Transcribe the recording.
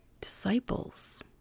Disciples